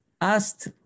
asked